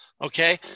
Okay